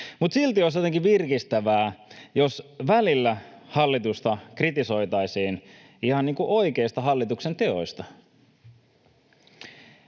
Mutta silti olisi jotenkin virkistävää, jos välillä hallitusta kritisoitaisiin ihan oikeista hallituksen teoista.